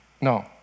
No